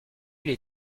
les